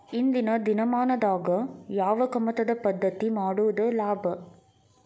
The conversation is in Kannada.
ಇಂದಿನ ದಿನಮಾನದಾಗ ಯಾವ ಕಮತದ ಪದ್ಧತಿ ಮಾಡುದ ಲಾಭ?